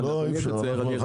אי אפשר.